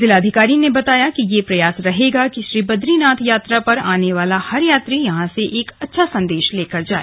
जिलाधिकारी ने कहा कि यह प्रयास रहेगा कि श्री बद्रीनाथ यात्रा पर आने वाला हर यात्री यहां से एक अच्छा संदेश लेकर जाए